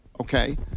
Okay